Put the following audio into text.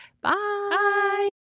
Bye